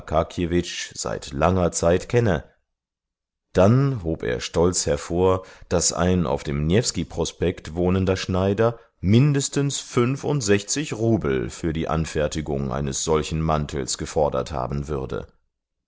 seit langer zeit kenne dann hob er stolz hervor daß ein auf dem newskiprospekt wohnender schneider mindestens fünfundsechzig rubel für die anfertigung eines solchen mantels gefordert haben würde